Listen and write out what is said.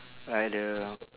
like the